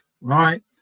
right